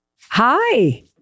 Hi